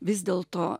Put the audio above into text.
vis dėlto